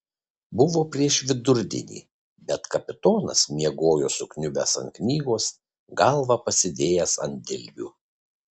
buvo prieš vidurdienį bet kapitonas miegojo sukniubęs ant knygos galvą pasidėjęs ant dilbių